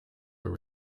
were